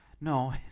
No